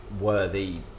worthy